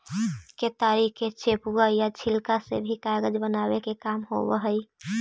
केतारी के चेपुआ या छिलका से भी कागज बनावे के काम होवऽ हई